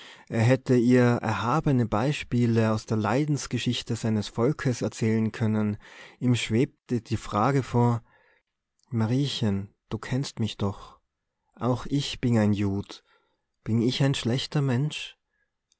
er hätte ihr erhabene beispiele aus der leidensgeschichte seines volkes erzählen können ihm schwebte die frage vor mariechen du kennst mich doch auch ich bin ein jud bin ich ein schlechter mensch